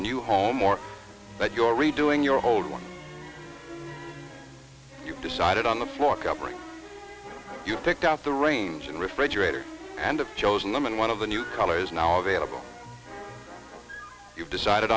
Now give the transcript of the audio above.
r new home or but your redoing your old one you decided on the floor covering you picked out the range and refrigerator and of chosen them and one of the new colors now available you've decided